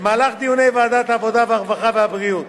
במהלך דיוני ועדת העבודה, הרווחה והבריאות